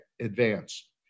advance